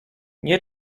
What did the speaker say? nie